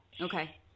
Okay